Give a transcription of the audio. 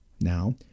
Now